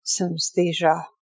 synesthesia